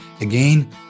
again